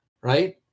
right